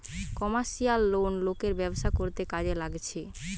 commercial loan লোকের ব্যবসা করতে কাজে লাগছে